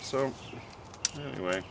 so anyway